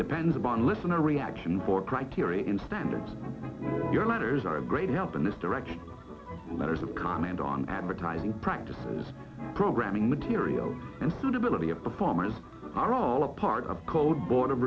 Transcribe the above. depends upon listener reaction for criterion standards your letters are a great help in this direction letters of comment on advertising practices programming materials and suitability of performers are all a part of code bo